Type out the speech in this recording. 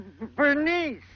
Bernice